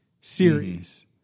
series